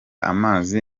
amazi